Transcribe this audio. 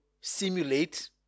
simulate